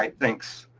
thanks.